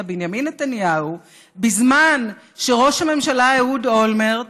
בנימין נתניהו בזמן שראש הממשלה אהוד אולמרט,